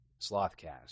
Slothcast